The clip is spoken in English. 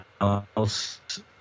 else